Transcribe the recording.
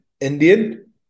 Indian